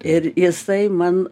ir jisai man